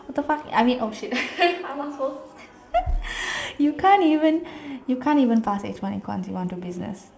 what the fuck I mean oh shit I'm not supposed to say you can't even you can't even pass H-one econs you want do business